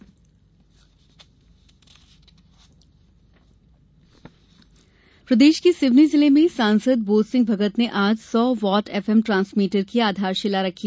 transmitter प्रदेश के सिवनी जिले में सांसद बोधसिंह भगत ने आज सौ वाट एफ एम ट्रांसमीटर की आधारशिला रखी